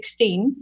2016